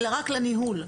אלא רק בנוגע לניהול,